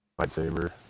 lightsaber